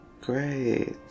great